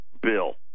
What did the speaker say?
bill